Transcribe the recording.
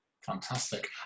Fantastic